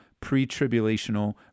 Pre-tribulational